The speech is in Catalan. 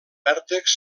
vèrtexs